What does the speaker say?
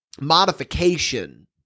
modification